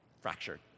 fractured